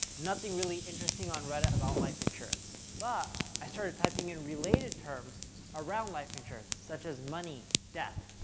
nothing really interesting on reddit about life insurance, but i started typing in related terms around life insurance such as, money. death,